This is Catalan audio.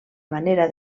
manera